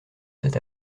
cet